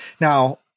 now